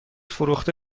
فروخته